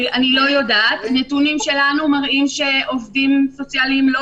הנתונים שלנו מראים שעובדים סוציאליים לא